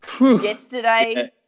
Yesterday